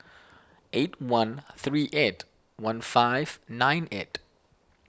eight one three eight one five nine eight